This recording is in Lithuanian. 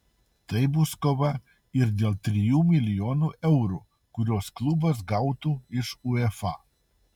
tai bus kova ir dėl trijų milijonų eurų kuriuos klubas gautų iš uefa